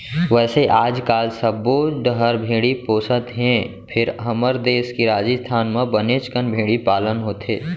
वैसे आजकाल सब्बो डहर भेड़ी पोसत हें फेर हमर देस के राजिस्थान म बनेच कन भेड़ी पालन होथे